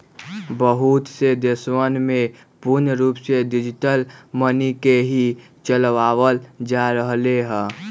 बहुत से देशवन में पूर्ण रूप से डिजिटल मनी के ही चलावल जा रहले है